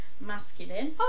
masculine